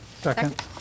Second